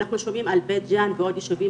אנחנו שומעים על בית ג'אן ועוד יישובים